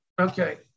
Okay